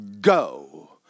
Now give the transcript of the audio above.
go